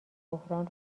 بحران